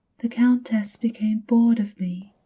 the countess became bored of me.